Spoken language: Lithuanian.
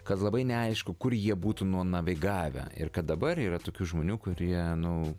kad labai neaišku kur jie būtų nunavigavę ir kad dabar yra tokių žmonių kurie nu